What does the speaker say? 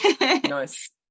nice